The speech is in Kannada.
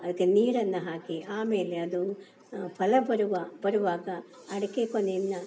ಅದಕ್ಕೆ ನೀರನ್ನು ಹಾಕಿ ಆಮೇಲೆ ಅದು ಫಲ ಬರುವ ಬರುವಾಗ ಅಡಿಕೆ ಕೊನೆಯನ್ನು